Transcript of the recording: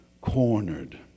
cornered